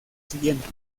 siguiente